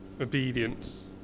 obedience